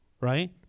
right